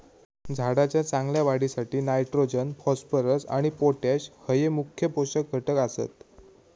झाडाच्या चांगल्या वाढीसाठी नायट्रोजन, फॉस्फरस आणि पोटॅश हये मुख्य पोषक घटक आसत